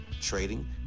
trading